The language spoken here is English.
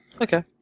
Okay